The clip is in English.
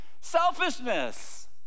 Selfishness